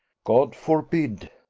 god forbid!